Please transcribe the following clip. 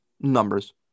numbers